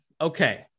okay